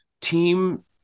team